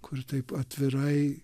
kur taip atvirai